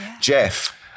Jeff